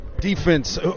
defense